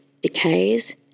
decays